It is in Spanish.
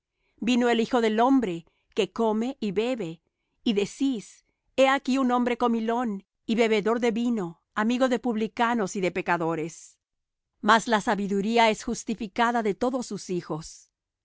vino el hijo del hombre que come y bebe y decís he aquí un hombre comilón y bebedor de vino amigo de publicanos y de pecadores mas la sabiduría es justificada de todos sus hijos